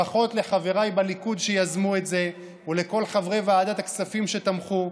ברכות לחבריי בליכוד שיזמו את זה ולכל חברי ועדת הכספים שתמכו.